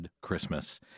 Christmas